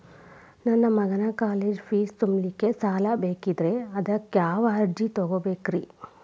ನನ್ನ ಮಗನ college fee ತುಂಬಲಿಕ್ಕೆ ಸಾಲ ಬೇಕಾಗೆದ್ರಿ ಅದಕ್ಯಾವ ಅರ್ಜಿ ತುಂಬೇಕ್ರಿ?